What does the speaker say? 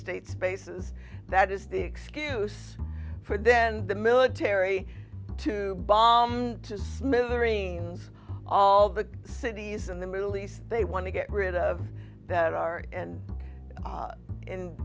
states bases that is the excuse for then the military to bomb to smithereens all the cities in the middle east they want to get rid of that are